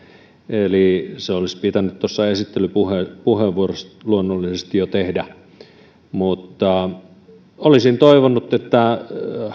eli se olisi pitänyt tuossa esittelypuheenvuorossa luonnollisesti jo tehdä mutta olisin toivonut että